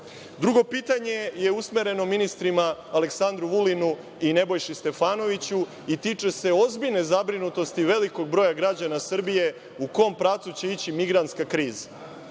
Drugo pitanje je usmereno ministrima Aleksandru Vulinu i Nebojši Stefanoviću. Tiče se ozbiljne zabrinutosti velikog broja građana Srbije u kom pravcu će ići migrantska kriza.